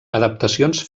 adaptacions